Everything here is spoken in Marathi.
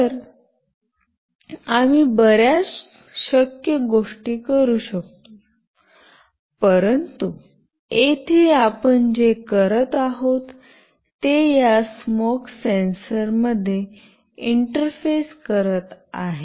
तर आम्ही बर्याच शक्य गोष्टी करू शकतो परंतु येथे आपण जे करत आहोत ते या स्मोक सेन्सर मध्ये इंटरफेस करत आहे